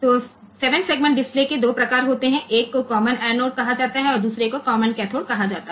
તો 7 segment display ના 2 પ્રકાર છે એકને કોમન એનોડ કહેવાય છે અને બીજાને કોમન કેથોડ કહેવાય છે